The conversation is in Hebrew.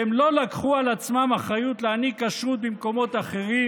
והם לא לקחו על עצמם אחריות להעניק כשרות במקומות אחרים,